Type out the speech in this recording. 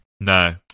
No